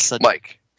Mike